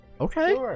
okay